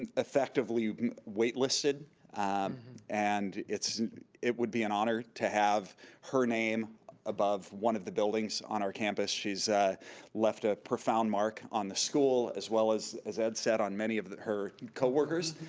and effectively wait listed and it would be an honor to have her name above one of the buildings on our campus. she's left a profound mark on the school, as well, as as ed said, on many of her coworkers.